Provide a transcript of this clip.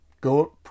go